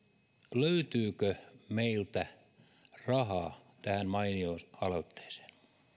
löytyykö meiltä rahaa tähän mainioon aloitteeseen